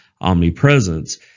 omnipresence